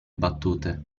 battute